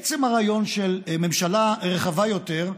עצם הרעיון של ממשלה רחבה יותר,